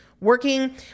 working